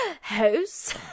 house